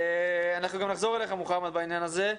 אנחנו נחזור גם אליך, מוחמד, בעניין הזה.